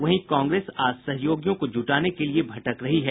वही कांग्रेस आज सहयोगियों को जुटाने के लिए भटक रही है